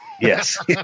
Yes